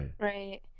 right